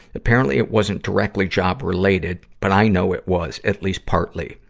apparently, it wasn't directly job-related, but i know it was, at least partly.